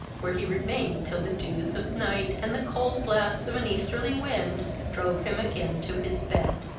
where he remained till the dews of night and the cold blasts of an easterly wind drove him again to his bed.